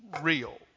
real